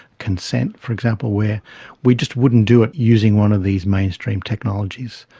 consent for example, where we just wouldn't do it using one of these mainstream technologies.